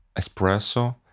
espresso